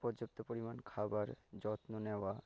পর্যাপ্ত পরিমাণ খাবার যত্ন নেওয়া